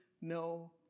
no